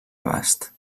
abast